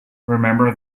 remember